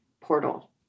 portal